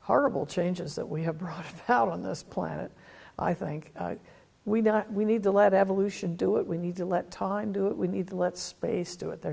horrible changes that we have brought to help on this planet i think we do we need to let evolution do it we need to let time do it we need to let space do it there